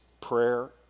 prayer